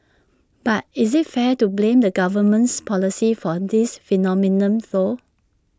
but is IT fair to blame the government's policy for this phenomenon though